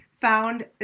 found